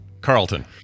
Carlton